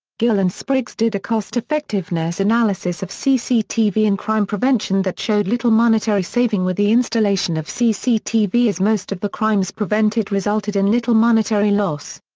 gill and spriggs did a cost-effectiveness analysis of cctv in crime prevention that showed little monetary saving with the installation of cctv as most of the crimes prevented resulted in little monetary loss.